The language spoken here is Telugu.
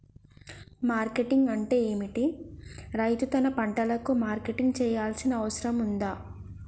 మార్కెటింగ్ అంటే ఏమిటి? రైతు తన పంటలకు మార్కెటింగ్ చేయాల్సిన అవసరం ఉందా?